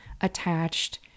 attached